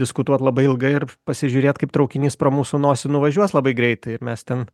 diskutuot labai ilgai ir pasižiūrėt kaip traukinys pro mūsų nosį nuvažiuos labai greitai ir mes ten